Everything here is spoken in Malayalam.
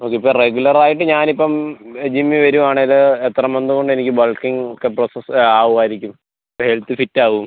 ഓക്കെ ഇപ്പം റെഗുലർ ആയിട്ട് ഞാനിപ്പം ജിമ്മിൽ വരുവാണെങ്കിൽ എത്ര മന്ത് കൊണ്ടെനിക്ക് ബൾക്കിങ്ങ് ക്ക് പ്രൊസസ്സ് ആവുമായിരിക്കും ഹെൽത്ത് ഫിറ്റ് ആവും